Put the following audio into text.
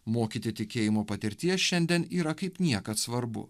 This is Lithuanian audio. mokyti tikėjimo patirties šiandien yra kaip niekad svarbu